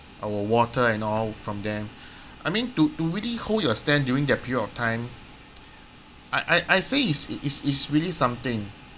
our water and all from them I mean to to really hold your stand during that period of time I I I say is is is really something